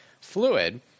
fluid